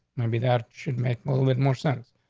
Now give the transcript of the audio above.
maybe that should make a little bit more sense.